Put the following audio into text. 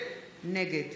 נגד